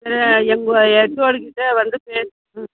உங்கள் ஹெச்ஓடிக்கிட்ட வந்து பேசு